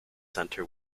centre